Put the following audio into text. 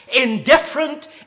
indifferent